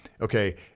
okay